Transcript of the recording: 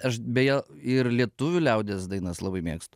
aš beje ir lietuvių liaudies dainas labai mėgstu